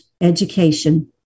education